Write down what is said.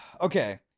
Okay